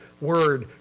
word